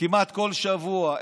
כמעט כל שבוע,